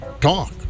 talk